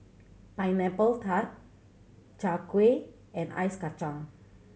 Pineapple Tart Chai Kueh and ice kacang